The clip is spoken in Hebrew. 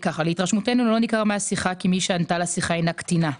לרשות המחוקקת והרשות השופטת מבחינתי לפחות לא נמצאים באיזון הנכון.